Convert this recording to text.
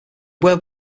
word